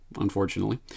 unfortunately